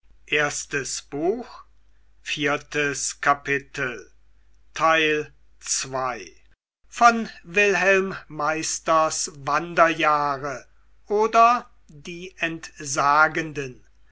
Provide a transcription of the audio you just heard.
goethe wilhelm meisters wanderjahre oder die entsagenden